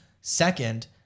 Second